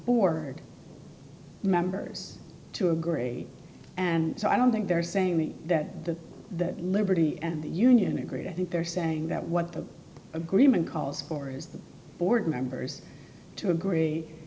board members to agree and so i don't think they're saying that the that liberty and the union agree i think they're saying that what the agreement calls for is the board members to agree